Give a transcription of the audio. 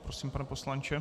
Prosím, pane poslanče.